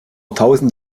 tausend